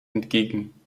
entgegen